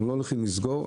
אנחנו לא הולכים לסגור,